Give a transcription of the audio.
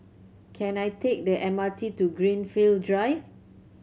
can I take the M R T to Greenfield Drive